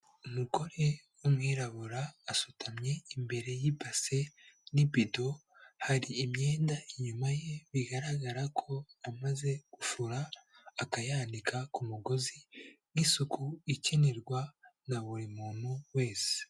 Umugore w'umwirabura asutamye imbere y'ibase n'ibido hari imyenda inyuma ye bigaragara ko amaze gufura akayanika ku mugozi n'isuku ikenerwa na buri muntu wese.